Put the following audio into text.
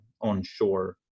onshore